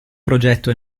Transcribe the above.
progetto